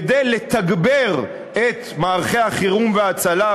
כדי לתגבר את מערכי החירום וההצלה,